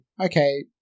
okay